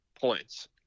points